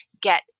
get